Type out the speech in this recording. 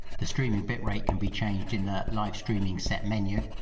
the streaming bitrate can be changed in the live streaming set menu.